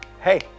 hey